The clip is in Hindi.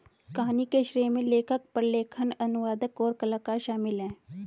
कहानी के श्रेय में लेखक, प्रलेखन, अनुवादक, और कलाकार शामिल हैं